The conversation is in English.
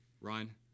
Ryan